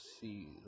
see